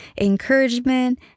encouragement